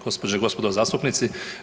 Gospođe i gospodo zastupnici.